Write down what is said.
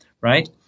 right